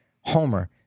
homer